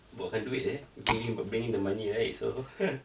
bawakan duit eh bring him bringing in the money so